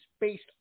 based